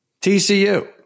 TCU